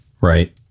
right